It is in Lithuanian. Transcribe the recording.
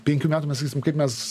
penkių metų mes eisim kaip mes